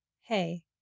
Hey